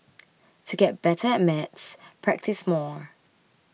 to get better at maths practise more